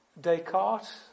Descartes